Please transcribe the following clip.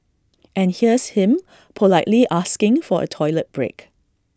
and here's him politely asking for A toilet break